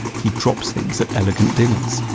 he drops things at elegant dinners.